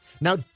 Now